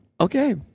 okay